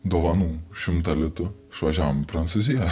dovanų šimtą litų išvažiavom į prancūziją